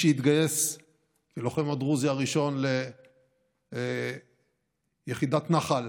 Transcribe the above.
שהתגייס כלוחם הדרוזי הראשון ליחידת נח"ל